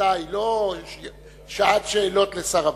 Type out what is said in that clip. תכליתה היא לא שעת שאלות לשר הבריאות,